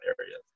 areas